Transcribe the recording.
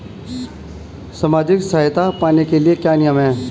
सामाजिक सहायता पाने के लिए क्या नियम हैं?